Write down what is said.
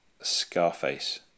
Scarface